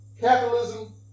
Capitalism